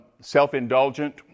self-indulgent